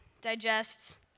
digests